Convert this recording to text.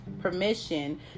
permission